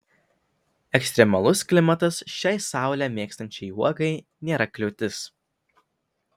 ekstremalus klimatas šiai saulę mėgstančiai uogai nėra kliūtis